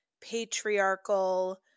patriarchal